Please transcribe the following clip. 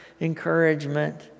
encouragement